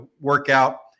workout